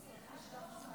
אשר,